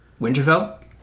Winterfell